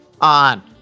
on